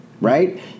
right